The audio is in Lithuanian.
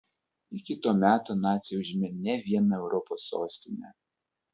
iki to meto naciai užėmė ne vieną europos sostinę